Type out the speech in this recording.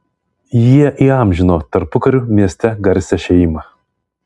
jie įamžino tarpukariu mieste garsią šeimą